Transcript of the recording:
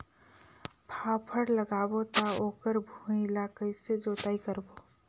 फाफण लगाबो ता ओकर भुईं ला कइसे जोताई करबो?